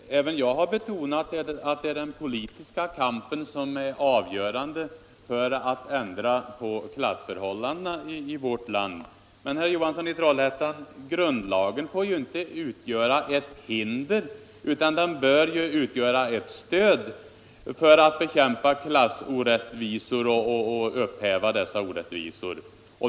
Herr talman! Även jag har betonat att den politiska kampen är avgörande för att ändra på klassförhållandena i vårt land. Men, herr Johansson i Trollhättan, grundlagen får ju inte utgöra ett hinder, utan den bör utgöra ett stöd i kampen för att upphäva klassorättvisor.